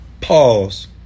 pause